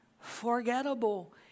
forgettable